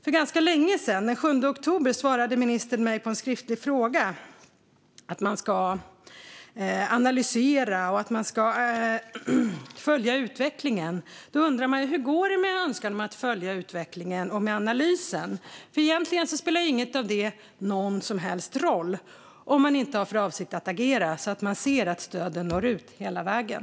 För ganska länge sedan, den 7 oktober, svarade ministern mig på en skriftlig fråga att man ska analysera och följa utvecklingen. Då undrar man hur det egentligen går med önskan att följa utvecklingen och med analysen. Egentligen spelar ju inget av detta någon som helst roll om man inte har för avsikt att agera, så att man ser att stöden når ut hela vägen.